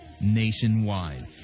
nationwide